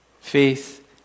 Faith